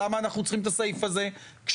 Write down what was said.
למה אנחנו צריכים את הסעיף הזה כשיש